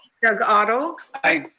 doug otto? aye.